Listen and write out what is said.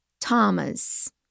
Thomas